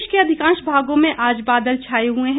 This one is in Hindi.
प्रदेश के अधिकांश भागों में आज बादल छाए हुए हैं